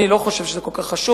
אני לא חושב שזה כל כך חשוב,